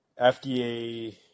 FDA